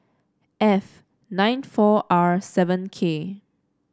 F nine four R seven K